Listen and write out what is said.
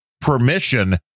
permission